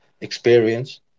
experience